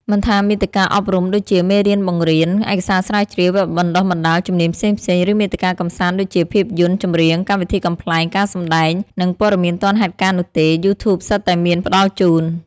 មិនថាមាតិកាអប់រំដូចជាមេរៀនបង្រៀន ឯកសារស្រាវជ្រាវ វគ្គបណ្តុះបណ្តាលជំនាញផ្សេងៗ ឬមាតិកាកម្សាន្តដូចជាភាពយន្ត ចម្រៀង កម្មវិធីកំប្លែង ការសម្ដែង និងព័ត៌មានទាន់ហេតុការណ៍នោះទេ យូធូបសុទ្ធតែមានផ្តល់ជូន។